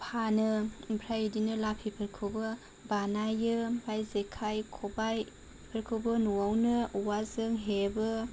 फानो ओमफ्राय बिदिनो लाफिफोरखौबो बानायो ओमफाय जेखाइ खबाइ बेफोरखौबो न'आवनो औवाजों हेबो